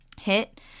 hit